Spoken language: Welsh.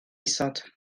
isod